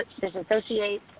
disassociate